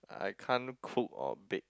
I can't cook or bake